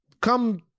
Come